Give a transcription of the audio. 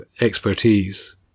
expertise